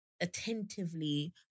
attentively